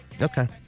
Okay